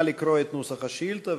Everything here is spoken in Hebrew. נא לקרוא את נוסח השאילתה,